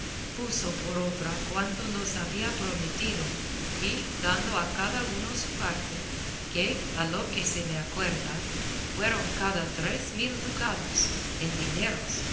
puso por obra cuanto nos había prometido y dando a cada uno su parte que a lo que se me acuerda fueron cada tres mil ducados en dineros